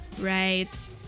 Right